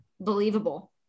believable